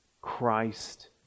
Christ